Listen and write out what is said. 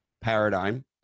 paradigm